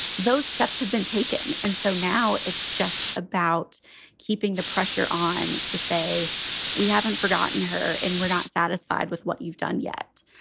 those steps have been taken. and so now it's just about keeping the pressure on to say we haven't forgotten her and we're not satisfied with what you've done yet.